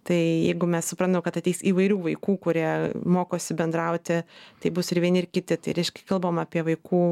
tai jeigu mes suprantam kad ateis įvairių vaikų kurie mokosi bendrauti tai bus ir vieni ir kiti tai reiškia kalbam apie vaikų